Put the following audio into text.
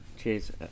Cheers